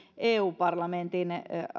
eu parlamentin